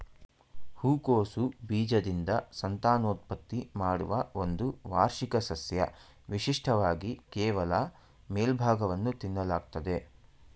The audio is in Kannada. ಹೂಕೋಸು ಬೀಜದಿಂದ ಸಂತಾನೋತ್ಪತ್ತಿ ಮಾಡುವ ಒಂದು ವಾರ್ಷಿಕ ಸಸ್ಯ ವಿಶಿಷ್ಟವಾಗಿ ಕೇವಲ ಮೇಲ್ಭಾಗವನ್ನು ತಿನ್ನಲಾಗ್ತದೆ